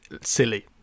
silly